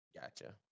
Gotcha